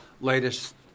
latest